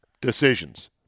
decisions